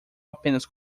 apenas